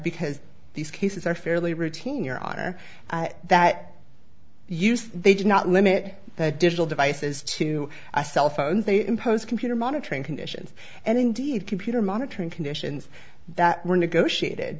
because these cases are fairly routine your honor that you see they did not limit their digital devices to cell phones they impose computer monitoring conditions and indeed computer monitoring conditions that were negotiated